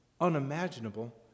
unimaginable